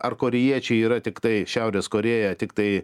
ar korėjiečiai yra tiktai šiaurės korėja tiktai